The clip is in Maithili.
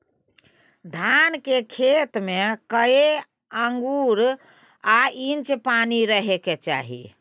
धान के खेत में कैए आंगुर आ इंच पानी रहै के चाही?